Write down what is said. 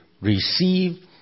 receive